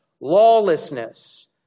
Lawlessness